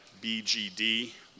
BGD